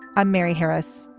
i'm mary harris.